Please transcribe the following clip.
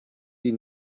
die